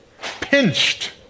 Pinched